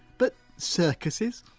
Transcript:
but circuses?